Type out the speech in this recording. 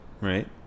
right